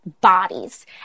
bodies